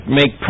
make